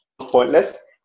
pointless